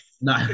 No